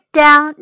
down